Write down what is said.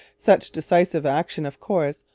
such decisive action, of course,